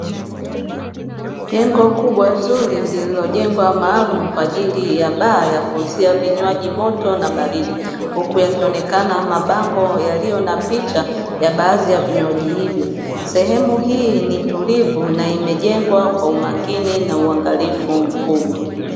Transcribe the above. Jengo kubwa Zuri liliojengwa maalumu kwaajili ya baa ya kuuzia vinywaji moto na baridi, huku yakionekana mabango yaliyo na picha ya baadhi ya vinywaji hivyo, sehemu hii ni tulivu na imejengwa Kwa umakini na uangalifu mkubwa.